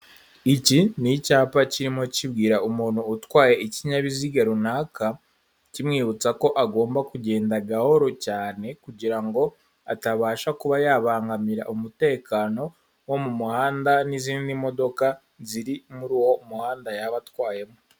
Iki ni icyapa kirimo kibwira umuntu utwaye ikinyabiziga runaka, kimwibutsa ko agomba kugenda gahoro cyane kugira ngo atabasha kuba yabangamira umutekano wo mu muhanda n'izindi modoka ziri muri uwo muhanda yaba atwayemo.